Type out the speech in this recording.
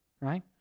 Right